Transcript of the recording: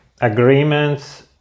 agreements